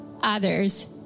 others